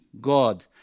God